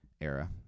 era